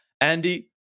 Andy